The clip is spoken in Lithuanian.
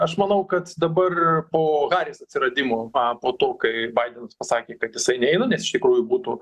aš manau kad dabar po haris atsiradimo pa po to kai baidenas pasakė kad jisai neina nes iš tikrųjų būtų